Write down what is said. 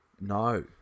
No